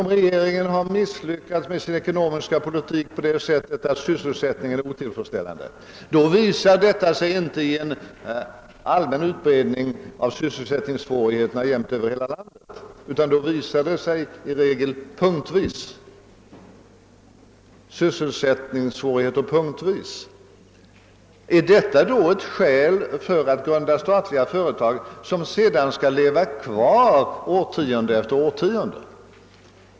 Om regeringen miss lyckas med sin ekonomiska politik, så att sysselsättningen blir otillfredsställande, blir inte sysselsättningssvårigheterna jämnt utbredda över hela landet, utan de framträder i regel punktvis. är detta ett skäl för att grunda statliga företag, som sedan skall leva kvar årtionde efter årtionde?